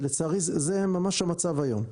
ולצערי זה ממש המצב היום,